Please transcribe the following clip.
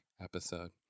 episode